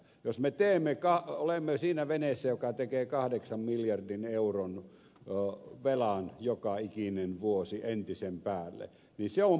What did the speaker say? jos me olemme siinä veneessä joka tekee kahdeksan miljardin euron velan joka ikinen vuosi entisen päälle niin se on puolet siitä